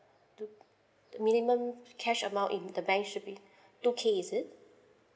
minimum cash amount in the bank should be two K is it